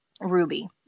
ruby